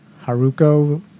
Haruko